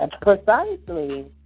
Precisely